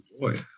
Boy